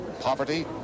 poverty